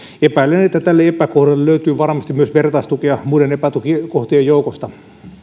epäilen että tälle epäkohdalle löytyy varmasti myös vertaistukea muiden epäkohtien joukosta